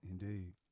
Indeed